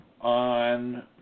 on